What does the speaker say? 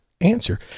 answer